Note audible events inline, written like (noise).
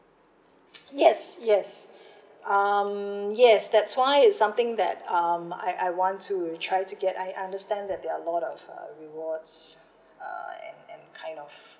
(noise) yes yes (breath) um yes that's why it something that um I I want to try to get I I understand that they are lot of uh rewards and and kind of